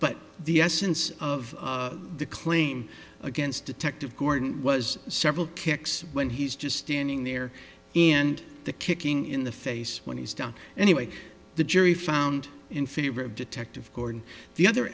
but the essence of the claim against detective gordon was several kicks when he's just standing there and the kicking in the face when he's down anyway the jury found in favor of detective cord the other